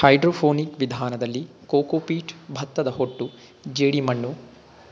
hydroponic ವಿಧಾನದಲ್ಲಿ cocopeat, ಭತ್ತದಹೊಟ್ಟು ಜೆಡಿಮಣ್ಣು